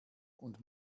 und